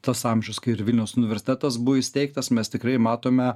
tas amžius kai ir vilniaus universitetas buvo įsteigtas mes tikrai matome